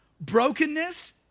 brokenness